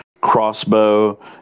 crossbow